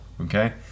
Okay